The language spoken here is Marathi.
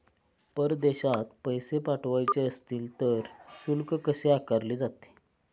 परदेशात पैसे पाठवायचे असतील तर शुल्क कसे आकारले जाते?